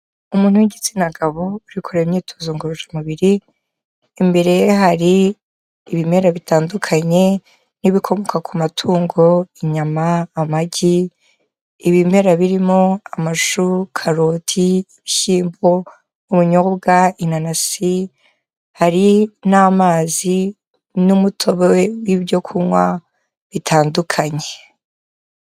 Umuntu w'igitsina gabo uri gukora imyitozo ngororamubiri, imbere ye hari ibimera bitandukanye nk'ibikomoka ku matungo, inyama, amagi. Ibimera birimo amashu, karoti, ibishyimbo, ubunyobwa, inanasi, hari n'amazi n'umutobe w'ibyo kunywa bitandukanye.